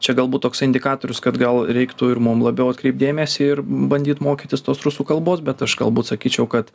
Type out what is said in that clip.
čia galbūt toks indikatorius kad gal reiktų ir mum labiau atkreipt dėmesį ir bandyt mokytis tos rusų kalbos bet aš galbūt sakyčiau kad